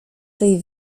tej